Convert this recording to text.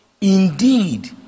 Indeed